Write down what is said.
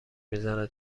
میزنه